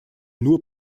nur